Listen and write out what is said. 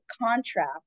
contract